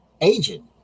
agent